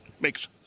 makes